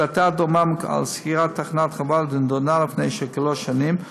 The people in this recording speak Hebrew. החלטה דומה על סגירת תחנת ח'וואלד נדונה לפי כשלוש שנים,